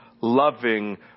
loving